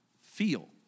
feel